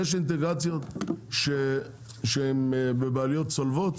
יש אינטגרציות שהן בבעלויות צולבות